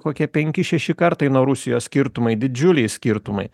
kokie penki šeši kartai nuo rusijos skirtumai didžiuliai skirtumai